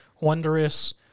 wondrous